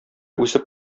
үсеп